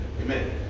Amen